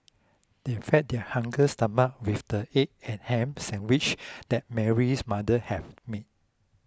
they fed their hungry stomachs with the egg and ham sandwiches that Mary's mother have made